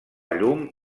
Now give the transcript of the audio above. llum